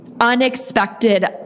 unexpected